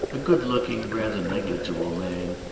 a good-looking, rather negligible man,